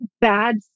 bad